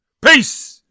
Peace